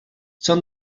son